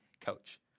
coach